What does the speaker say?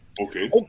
okay